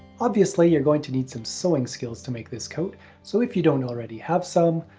obviously you're going to need some sewing skills to make this coat so if you don't already have some,